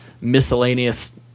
miscellaneous